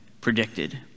predicted